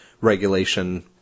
regulation